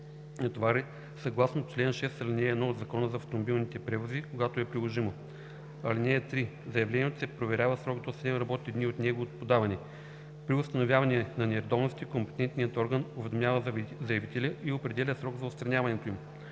на товари съгласно чл. 6, ал. 1 от Закона за автомобилните превози – когато е приложимо. (3) Заявлението се проверява в срок до 7 работни дни от неговото подаване. При установяване на нередовности компетентният орган уведомява заявителя и определя срок за отстраняването им,